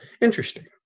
interesting